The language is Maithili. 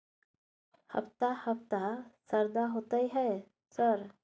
हफ्ता हफ्ता शरदा होतय है सर?